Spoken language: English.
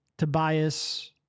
Tobias